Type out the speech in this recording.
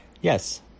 Yes